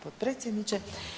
potpredsjedniče.